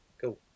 cool